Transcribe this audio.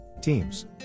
teams